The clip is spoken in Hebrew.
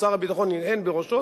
שר הביטחון הנהן בראשו,